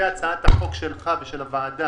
לפני כחודש התרעתי על כך שקרנות הפנסיה הוותיקות,